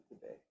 today